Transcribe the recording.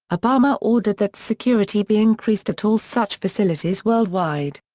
obama ordered that security be increased at all such facilities worldwide.